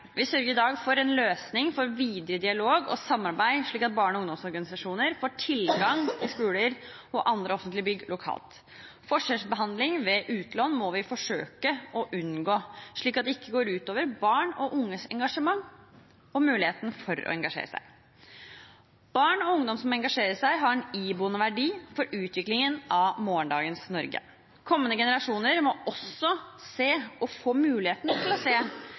Vi sørger i dag for en løsning for videre dialog og samarbeid slik at barne- og ungdomsorganisasjoner får tilgang til skoler og andre offentlige bygg lokalt. Forskjellsbehandling ved utlån må vi forsøke å unngå, slik at det ikke går ut over barn og unges engasjement og mulighet for å engasjere seg. Barn og ungdom som engasjerer seg, har en iboende verdi for utviklingen av morgendagens Norge. Kommende generasjoner må også få muligheten til å se